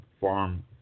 Farm